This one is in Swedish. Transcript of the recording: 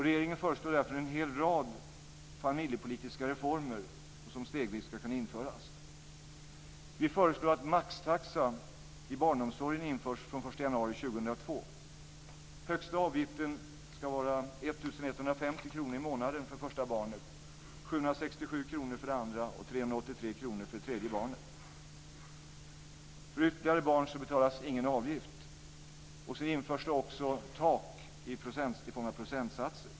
Regeringen föreslår därför en hel rad familjepolitiska reformer som stegvis ska kunna införas. Vi föreslår att maxtaxa i barnomsorgen införs från den 1 januari 2002. Högsta avgiften ska vara 1 150 kr i månaden för första barnet, 767 kr för det andra och 383 kr för det tredje barnet. För ytterligare barn betalas ingen avgift. Så införs det också tak i form av procentsatser.